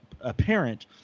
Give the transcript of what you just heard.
apparent